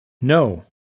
no